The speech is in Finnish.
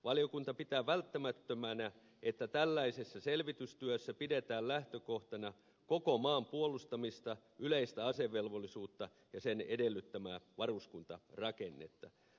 valiokunta pitää välttämättömänä että tällaisessa selvitystyössä pidetään lähtökohtana koko maan puolustamista yleistä asevelvollisuutta ja sen edellyttämää varuskuntarakennetta